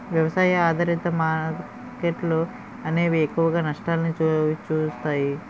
వ్యవసాయ ఆధారిత మార్కెట్లు అనేవి ఎక్కువగా నష్టాల్ని చవిచూస్తాయి